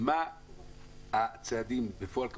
מה הצעדים בפועל?